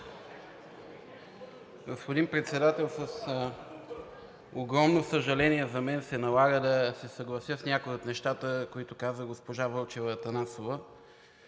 Господин Председателстващ, с огромно съжаление за мен се налага да се съглася с някои от нещата, които каза госпожа Вълчева – Атанасова,